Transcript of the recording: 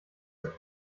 ist